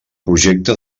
projecte